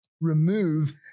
Remove